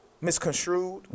misconstrued